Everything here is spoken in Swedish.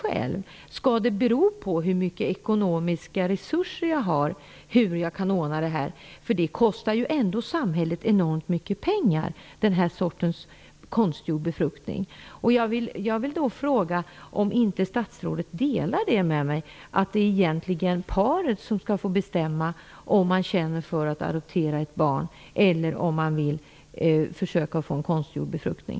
Skall det bero på vilka ekonomiska resurser man har hur man kan ordna det här? Konstgjord befruktning kostar ju enormt mycket pengar för samhället. Jag vill fråga om statsrådet delar min uppfattning att det är paret som skall få bestämma om de känner för att adoptera ett barn eller om de vill försöka få konstgjord befruktning.